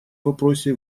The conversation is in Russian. вопросе